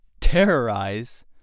terrorize